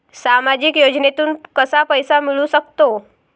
सामाजिक योजनेतून कसा पैसा मिळू सकतो?